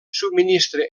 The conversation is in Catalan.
subministra